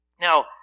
Now